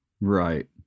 Right